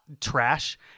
trash